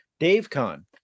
DaveCon